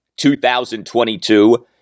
2022